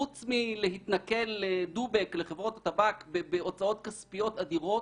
חוץ מלהתנכל ל"דובק" ולחברות הטבק בהוצאות כספיות אדירות,